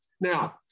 Now